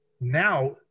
now